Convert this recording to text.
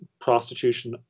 prostitution